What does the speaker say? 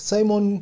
Simon